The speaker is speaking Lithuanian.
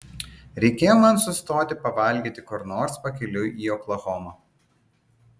reikėjo man sustoti pavalgyti kur nors pakeliui į oklahomą